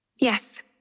Yes